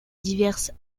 diverses